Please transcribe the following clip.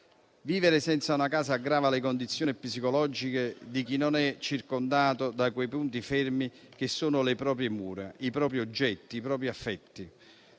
Vivere senza una casa aggrava le condizioni psicologiche di chi non è circondato da quei punti fermi che sono le proprie mura, i propri oggetti, i propri affetti.